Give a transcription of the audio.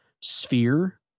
sphere